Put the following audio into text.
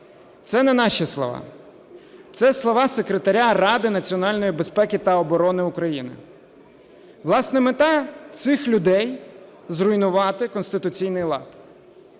Це не наші слова, це слова Секретаря Ради національної безпеки та оборони України. Власне, мета цих людей – зруйнувати конституційний лад.